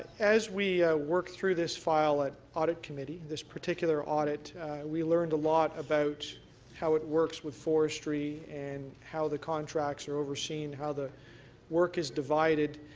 as we work through this file at audit committee, this particular audit we learned a lot about how it works with forestry and how the contracts are overseen, how the work is divided.